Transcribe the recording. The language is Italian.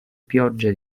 pioggia